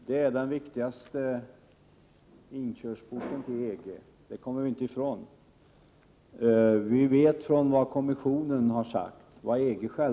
Fru talman! Först vill jag säga något om EFTA:s roll. EFTA är den viktigaste inkörsporten till EG. Detta kommer vi inte ifrån.